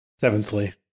Seventhly